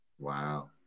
wow